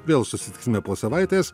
vėl susitiksime po savaitės